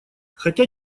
хотя